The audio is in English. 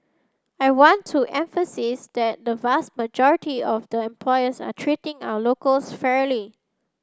I want to emphasise that the vast majority of the employers are treating our locals fairly